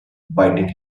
biting